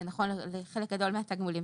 וזה נכון לגבי חלק גדול מהתגמולים